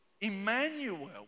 Emmanuel